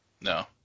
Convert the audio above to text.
No